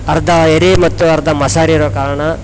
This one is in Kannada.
ಅರ್ಧ ಎರೆ ಮತ್ತು ಅರ್ಧ ಮಸಾರಿ ಇರೋ ಕಾರಣ